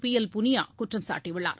B L Punia குற்றம் சாட்டியுள்ளார்